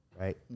right